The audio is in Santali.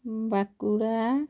ᱵᱟᱸᱠᱩᱲᱟ